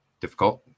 difficult